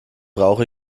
brauche